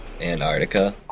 Antarctica